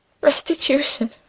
Restitution